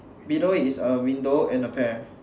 below it is a window and a pear